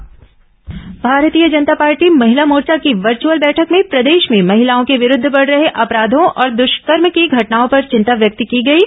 भाजपा बैठक भारतीय जनता पार्टी महिला मोर्चा की वर्चअल बैठक में प्रदेश में महिलाओं के विरूद्व बढ़ रहे अपराधों और दृष्कर्म की घटनाओं पर चिंता व्यक्त की गई हैं